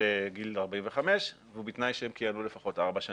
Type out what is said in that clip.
בגיל 45 ובתנאי שהם כיהנו לפחות ארבע שנים.